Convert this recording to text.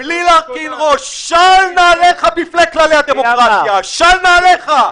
של נעליך בפני כללי הדמוקרטיה, של נעליך.